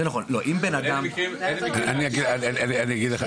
אלה מקרים --- אני אגיד לך,